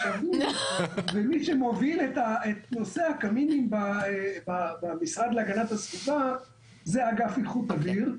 מי שמוביל את נושא הקמינים במשרד להגנת הסביבה זה אגף איכות אוויר.